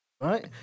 Right